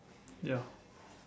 ya